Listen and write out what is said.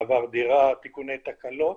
מעבר דירה, תיקוני תקלות